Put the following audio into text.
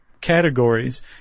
categories